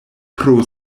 pro